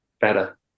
better